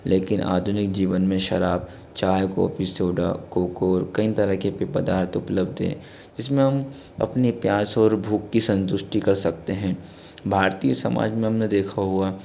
लेकिन आधुनिक जीवन में शराब चाय कॉफी सोडा कोक और कई तरह के पे पदार्थ उपलब्ध है जिसमें हम अपने प्यास और भूख की संतुष्टि कर सकते हैं भारतीय समाज में हमने देखा हुआ